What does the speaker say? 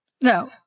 No